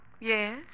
Yes